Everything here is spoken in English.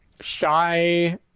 shy